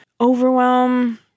overwhelm